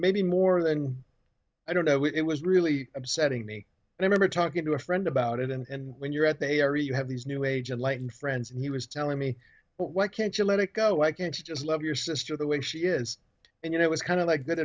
maybe more than i don't know it was really upsetting me and i member talking to a friend about it and when you're out they are you have these new age enlightened friends and he was telling me why can't you let it go why can't you just love your sister the way she is and you know it was kind of like